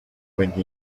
when